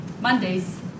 Mondays